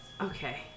okay